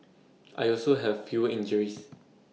I also have fewer injuries